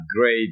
great